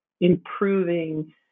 improving